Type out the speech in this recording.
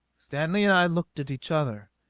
stanley and i looked at each other.